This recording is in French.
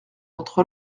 entre